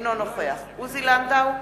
אינו נוכח עוזי לנדאו,